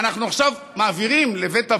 אנחנו עכשיו מעבירים לבית אבות,